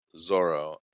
Zorro